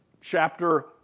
chapter